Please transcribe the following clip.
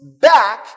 back